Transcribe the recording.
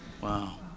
wow